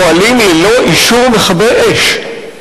פועלים ללא אישור מכבי אש.